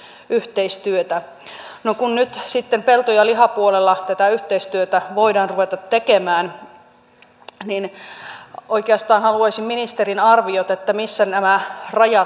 no kun nyt sitten pelto ja lihapuolella tätä yhteistyötä voidaan ruveta tekemään niin oikeastaan haluaisin ministerin arviot siitä missä nämä rajat liikkuvat